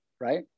right